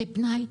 זה פנאי,